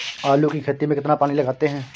आलू की खेती में कितना पानी लगाते हैं?